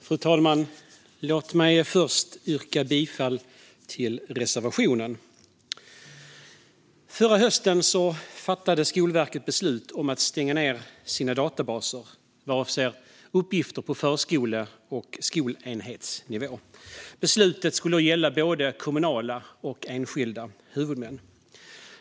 Fru talman! Låt mig först yrka bifall till reservationen. Förra hösten fattade Skolverket beslut om att stänga ned sina databaser avseende uppgifter på förskole och skolenhetsnivå. Beslutet gällde både kommunala och enskilda huvudmän.